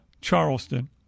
Charleston